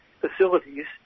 facilities